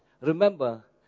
remember